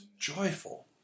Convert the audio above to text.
joyful